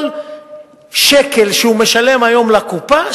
כל שקל שהוא משלם היום לקופה,